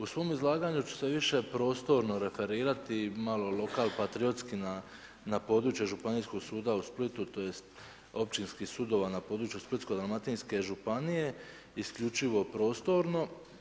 U svom izlaganju ću se više prostorno referirati malo lokal patriotski na područje Županijskog suda u Splitu, tj. općinskih sudova na području Splitsko-dalmatinske županije isključivo prostorno.